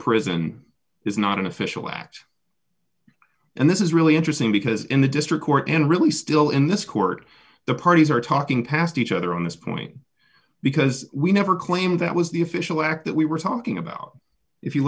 prison is not an official act and this is really interesting because in the district court and really still in this court the parties are talking past each other on this point because we never claimed that was the official act that we were talking about if you